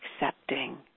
accepting